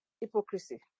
hypocrisy